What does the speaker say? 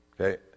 Okay